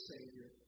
Savior